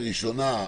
הראשונה,